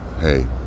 Hey